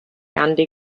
andy